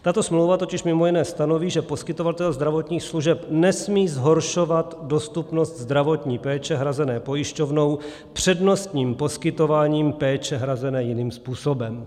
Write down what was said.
Tato smlouva totiž mimo jiné stanoví, že poskytovatel zdravotních služeb nesmí zhoršovat dostupnost zdravotní péče hrazené pojišťovnou přednostním poskytováním péče hrazené jiným způsobem.